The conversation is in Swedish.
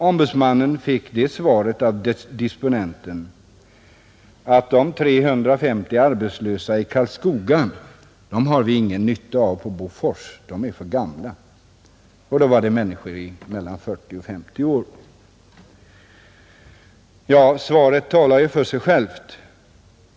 Ombudsmannen fick det svaret av disponenten att de 350 arbetslösa i Karlskoga hade Bofors ingen nytta av, ty de var för gamla, Det var fråga om människor mellan 40 och 50 år, Svaret talar för sig självt.